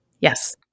Yes